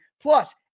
Plus